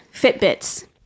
Fitbits